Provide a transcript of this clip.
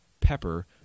pepper